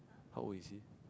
how old is he